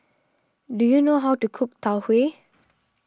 do you know how to cook Tau Huay